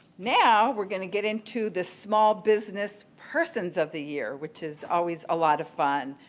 now, we're going to get into the small business persons of the year which is always a lot of fun.